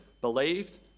believed